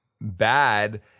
bad